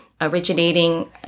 originating